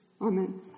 Amen